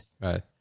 Right